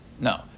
No